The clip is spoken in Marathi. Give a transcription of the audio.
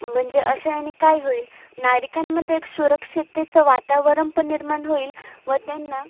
म्हणजे अशा याने काय होईल नागरिकांमध्ये एक सुरक्षिततेचं वातावरण पण निर्माण होईल व त्यांना